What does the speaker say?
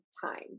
time